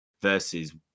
versus